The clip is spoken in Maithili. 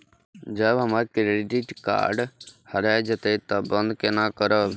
जब हमर क्रेडिट कार्ड हरा जयते तब बंद केना करब?